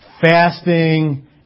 fasting